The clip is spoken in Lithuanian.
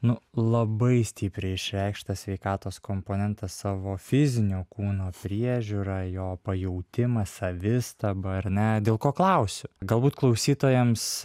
nu labai stipriai išreikštas sveikatos komponentas savo fizinio kūno priežiūra jo pajautimas savistaba ar ne dėl ko klausiu galbūt klausytojams